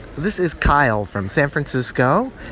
this is kyle from san francisco.